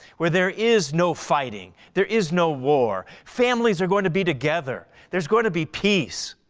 where there is no fighting. there is no war. families are going to be together. there's going to be peace.